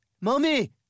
mommy